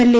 LA